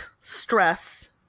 stress